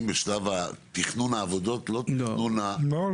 בשלב תכנון העבודות ולא בתכנון -- לא,